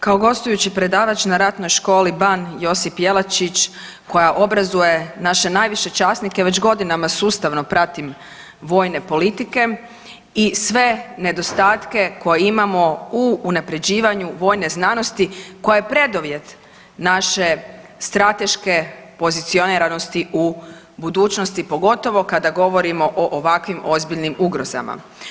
Kao gostujući predavač na Ratnoj školi Ban Josip Jelačić koja obrazuje naše najviše časnike već godinama sustavno pratim vojne politike i sve nedostatke koje imamo u unapređivanju vojne znanosti koja je preduvjet naše strateške pozicioniranosti u budućnosti pogotovo kada govorimo o ovakvim ozbiljnim ugrozama.